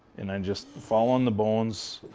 and i'm just following the bones.